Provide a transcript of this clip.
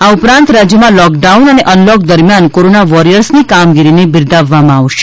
આ ઉપરાંત રાજ્યમાં લોકડાઉન અને અનલોક દરમિયાન કોરોના વોરિયર્સની કામગીરીને બિરદાવવામાં આવશે